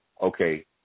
okay